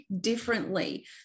differently